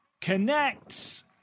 Connects